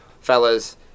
Fellas